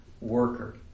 worker